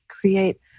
create